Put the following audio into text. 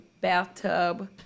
bathtub